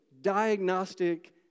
diagnostic